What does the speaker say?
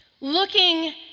looking